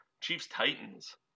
Chiefs-Titans